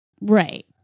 right